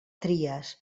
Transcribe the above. tries